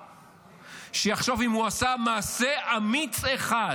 שיחשוב אם הוא עשה מעשה אמיץ אחד